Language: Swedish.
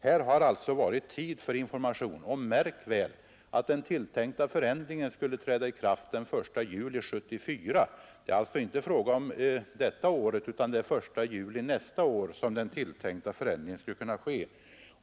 Här har alltså varit tid för information. Och märk väl att den tilltänkta förändringen skulle träda i kraft den 1 juli 1974. Det är alltså inte fråga om innevarande år, utan det är den 1 juli nästa år som förändringarna skulle kunna ske.